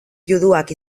juduak